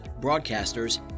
broadcasters